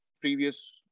previous